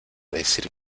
decir